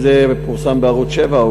אם זה פורסם בערוץ 7,